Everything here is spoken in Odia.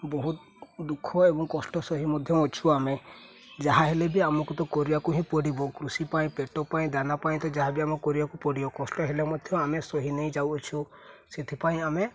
ବହୁତ ଦୁଃଖ ଏବଂ କଷ୍ଟ ସହି ମଧ୍ୟ ଅଛୁ ଆମେ ଯାହା ହେଲେ ବି ଆମକୁ ତ କରିବାକୁ ହିଁ ପଡ଼ିବ କୃଷି ପାଇଁ ପେଟ ପାଇଁ ଦାନା ପାଇଁ ତ ଯାହା ବି ଆମେ କରିବାକୁ ପଡ଼ିବ କଷ୍ଟ ହେଲେ ମଧ୍ୟ ଆମେ ସହି ନେଇ ଯାଉଅଛୁ ସେଥିପାଇଁ ଆମେ